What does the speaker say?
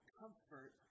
comfort